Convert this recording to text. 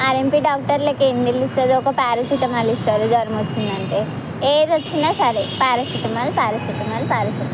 RMP డాక్టర్లకి ఏం తెలుస్తుంది ఒక పారాసెటమాల్ ఇస్తారు జ్వరం వచ్చింది అంటే ఏది వచ్చినా సరే పారాసెటమాల్ పారాసెటమాల్ పారాసెటమాల్